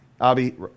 Abby